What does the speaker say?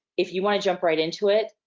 if you wanna jump right into it,